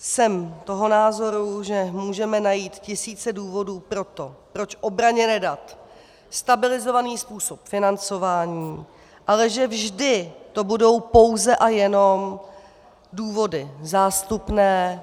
Jsem toho názoru, že můžeme najít tisíce důvodů pro to, proč obraně nedat stabilizovaných způsob financování, ale že vždy to budou pouze a jenom důvody zástupné.